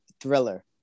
thriller